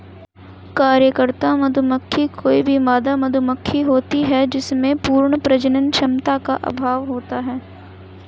कार्यकर्ता मधुमक्खी कोई भी मादा मधुमक्खी होती है जिसमें पूर्ण प्रजनन क्षमता का अभाव होता है